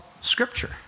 scripture